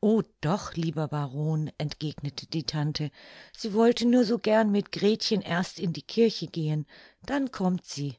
o doch lieber baron entgegnete die tante sie wollte nur so gern mit gretchen erst in die kirche gehen dann kommt sie